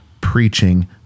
preaching